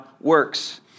works